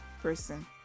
person